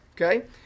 okay